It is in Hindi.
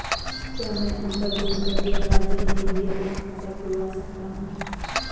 क्या मैं अंतर्जनपदीय राज्य में भी अपना खाता खुलवा सकता हूँ?